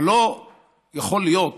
אבל לא יכול להיות